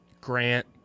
Grant